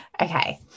Okay